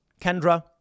Kendra